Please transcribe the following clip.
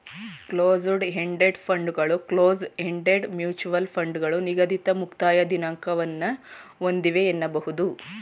closed ended ಫಂಡ್ಗಳು close ended mutual ಫಂಡ್ಗಳು ನಿಗದಿತ ಮುಕ್ತಾಯ ದಿನಾಂಕವನ್ನ ಒಂದಿವೆ ಎನ್ನಬಹುದು